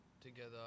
together